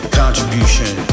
contribution